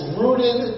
rooted